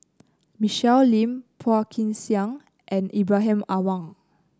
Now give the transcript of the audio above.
Michelle Lim Phua Kin Siang and Ibrahim Awang